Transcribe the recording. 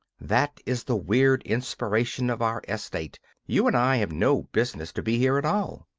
that is the weird inspiration of our estate you and i have no business to be here at all.